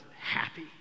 happy